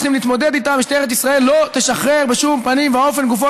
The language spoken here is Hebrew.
צריכים להתמודד איתם משטרת ישראל לא תשחרר בשום פנים ואופן גופות